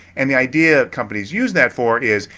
and the idea companies use that for is,